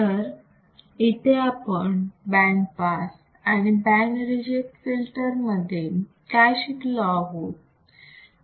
तर इथे आपण बँड पास आणि बँड रिजेक्ट फिल्टर मध्ये काय शिकलो आहोत